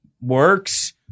works